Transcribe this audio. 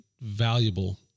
valuable